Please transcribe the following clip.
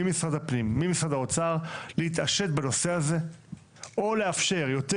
ממשרד הפנים וממשרד האוצר להתעשת בנושא הזה או לאפשר יותר